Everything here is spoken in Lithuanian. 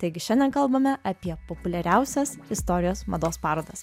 taigi šiandien kalbame apie populiariausias istorijos mados parodas